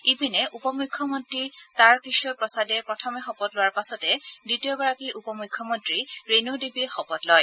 ইপিনে উপ মুখ্যমন্তী টাৰ্কিশোৰ প্ৰসাদে প্ৰথমে শপত লোৱাৰ পাছতে দ্বিতীয় গৰাকী উপ মুখ্যমন্তী ৰেণু দেৱীয়ে শপত লয়